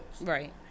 Right